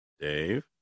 Dave